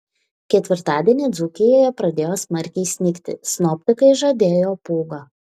ketvirtadienį dzūkijoje pradėjo smarkiai snigti sinoptikai žadėjo pūgą